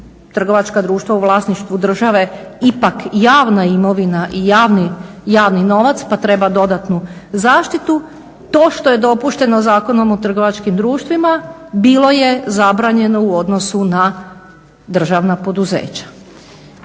trgovačka društva u vlasništvu države ipak javna imovina i javni novac pa treba dodatnu zaštitu to što je dopušteno Zakonom o trgovačkim društvima bilo je zabranjeno u odnosu na državna poduzeća.